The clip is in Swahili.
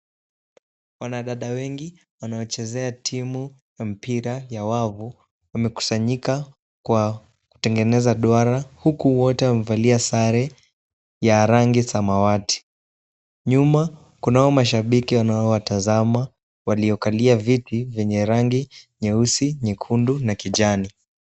Wanadada wengi wanaochezea timu ya mpira ya wavu wamekusanyika kwa kutengeneza duara huku wote wamevalia sare ya rangi samawati. Nyuma kunao mashabiki wanaowatazama waliokalia viti vyenye rangi nyeusi, nyekundu na kijani.